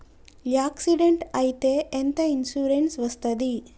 Accident అయితే ఎంత insurance వస్తది?